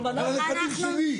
על הנכדים שלי.